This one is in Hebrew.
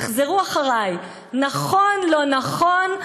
תחזרו אחרי: "נכון, לא נכון,